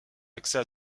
accès